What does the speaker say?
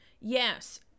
yes